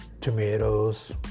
tomatoes